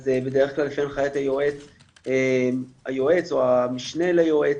אז בדרך כלל לפי הנחיית היועץ או המשנה ליועץ,